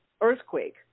earthquake